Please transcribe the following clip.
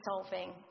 solving